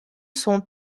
sont